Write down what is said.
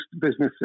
businesses